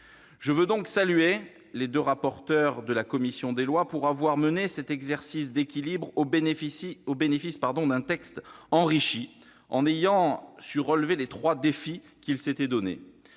Je veux donc saluer les deux rapporteurs de la commission des lois pour avoir mené cet exercice d'équilibre au bénéfice d'un texte enrichi en ayant su relever les trois défis qu'ils s'étaient